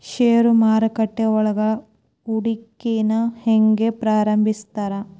ಷೇರು ಮಾರುಕಟ್ಟೆಯೊಳಗ ಹೂಡಿಕೆನ ಹೆಂಗ ಪ್ರಾರಂಭಿಸ್ತಾರ